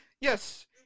Yes